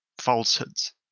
falsehoods